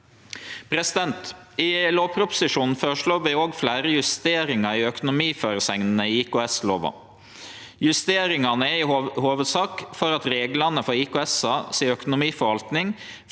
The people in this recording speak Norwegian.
gjeld for. I lovproposisjonen føreslår vi òg fleire justeringar i økonomiføresegnene i IKS-lova. Justeringane er i hovudsak for at reglane for økonomiforvaltninga